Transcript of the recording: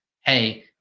hey